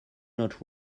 not